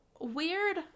weird